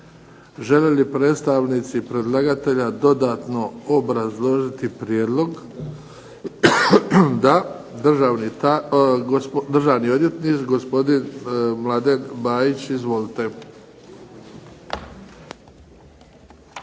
Žele li predstavnici predlagatelja dodatno obrazložiti prijedlog? Da. Državni odvjetnik, gospodin Mladen Bajić. Izvolite.